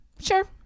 Sure